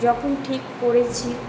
যখন ঠিক করেছি